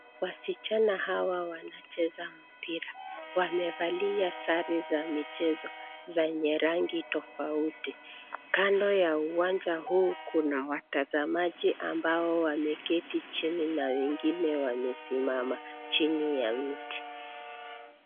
Wasichana hawa wancheza mpira, wamevalia sare za michezo zenye rangi tofauti, kando ya uwanja huu kuna watazamaji ambao wameketi chini na wengine wamesimama chini ya mti.